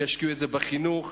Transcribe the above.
שישקיעו את זה בחינוך,